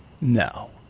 No